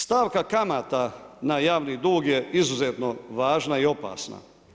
Stavka kamata na javni dug je izuzetno važna i opasna.